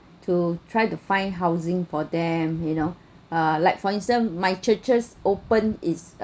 to try to find housing for them you know uh like for instance my churches open is